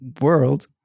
world